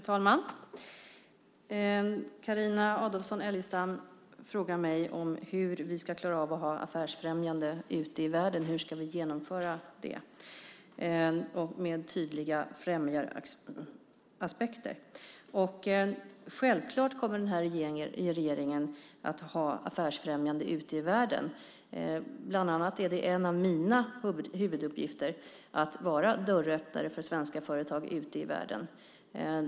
Fru talman! Carina Adolfsson Elgestam frågar mig hur vi ska klara av att ha affärsfrämjande ute i världen. Hur ska vi genomföra det med tydliga främjaraspekter? Den här regeringen kommer självfallet att ha affärsfrämjande ute i världen. Det är bland annat en av mina huvuduppgifter att vara dörröppnare för svenska företag ute i världen.